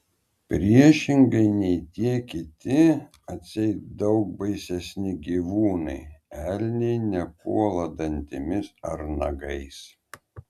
priešingai nei tie kiti atseit daug baisesni gyvūnai elniai nepuola dantimis ar nagais